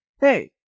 Hey